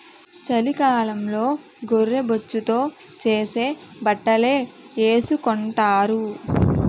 చలికాలంలో గొర్రె బొచ్చుతో చేసే బట్టలే ఏసుకొంటారు